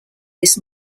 this